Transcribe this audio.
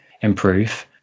improve